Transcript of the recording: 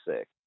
sick